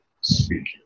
speaking